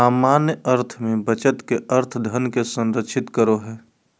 सामान्य अर्थ में बचत के अर्थ धन के संरक्षित करो हइ